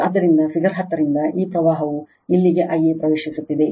ಆದ್ದರಿಂದ ಫಿಗರ್ 10 ರಿಂದ ಈ ಪ್ರವಾಹವು ಇಲ್ಲಿಗೆ Ia ಪ್ರವೇಶಿಸುತ್ತಿದೆ